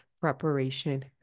preparation